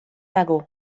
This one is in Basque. nago